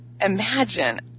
imagine